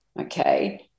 okay